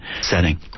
setting